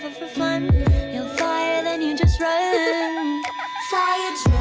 fun yell fire then you just run fire